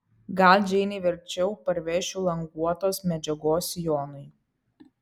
gal džeinei verčiau parvešiu languotos medžiagos sijonui